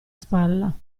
spalla